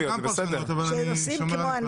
אבל אני שומר על --- אפשר להציע פרשנויות אלטרנטיביות,